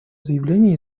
заявление